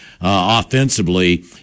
offensively